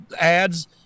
ads